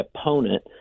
opponent